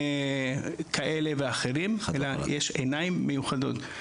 לא רופאים כאלה ואחרים, אלא יש עיניים מיוחדות.